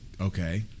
Okay